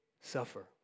suffer